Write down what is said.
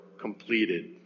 completed